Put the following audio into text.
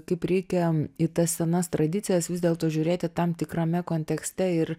kaip reikia į tas senas tradicijas vis dėlto žiūrėti tam tikrame kontekste ir